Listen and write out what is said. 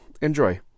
enjoy